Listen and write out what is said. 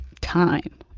time